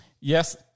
yes